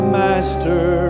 master